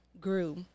grew